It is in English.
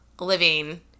living